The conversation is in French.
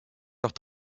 leurs